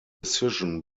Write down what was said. decision